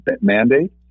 mandate